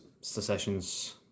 secessions